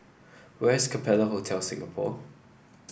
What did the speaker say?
where is Capella Hotel Singapore